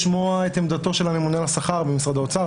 לשמוע את עמדתו של הממונה על השכר במשרד האוצר,